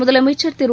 முதலமைச்சர் திரு